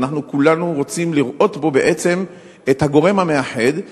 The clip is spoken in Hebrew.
שאנחנו כולנו רוצים לראות בו בעצם את הגורם המאחד,